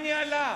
על מה היא ניהלה?